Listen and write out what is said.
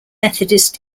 methodist